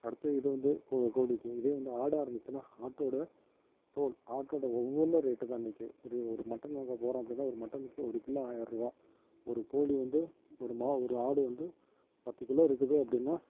அடுத்து இது வந்து கோ கோழிக்கு இதே வந்து ஆடாக இருந்துச்சுனா ஆட்டோடய தோல் ஆட்டோடய ஒவ்வொன்றும் ரேட்டு தான் இன்னிக்கு ஒரே ஒரு மட்டன் வாங்க போகிறோம் அப்படின்னா ஒரு மட்டனுக்கு ஒரு கிலோ ஆயரூவா ஒரு கோழி வந்து ஒரு மா ஒரு ஆடு வந்து பத்து கிலோ இருக்குது அப்படின்னா